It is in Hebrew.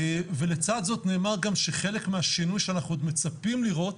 ולצד זאת נאמר גם שחלק מהשינוי שאנחנו עוד מצפים לראות,